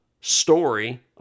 story